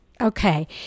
Okay